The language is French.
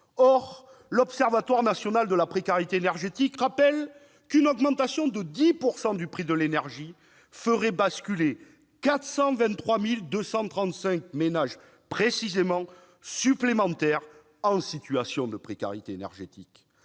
Or l'Observatoire national de la précarité énergétique rappelle qu'une augmentation de 10 % du prix de l'énergie ferait basculer 423 235 ménages supplémentaires en situation de précarité énergétique.